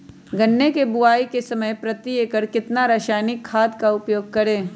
गन्ने की बुवाई के समय प्रति एकड़ कितना रासायनिक खाद का उपयोग करें?